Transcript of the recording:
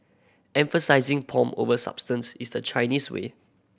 emphasising pomp over substance is the Chinese way